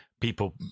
people